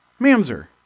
mamzer